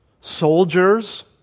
soldiers